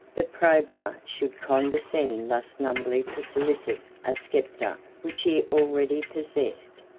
that probus should condescend thus numbly to solicit a sceptre which he already possessed.